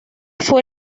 fue